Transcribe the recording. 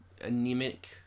anemic